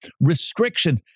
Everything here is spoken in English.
Restriction